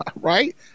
right